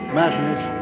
madness